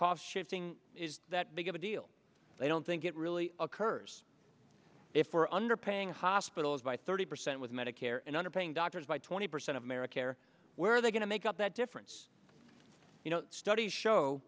cost shifting is that big of a deal they don't think it really occurs if we're underpaying hospitals by thirty percent with medicare and under paying doctors by twenty percent of america or where are they going to make up that difference you know studies show